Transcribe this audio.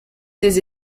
ses